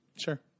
Sure